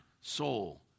soul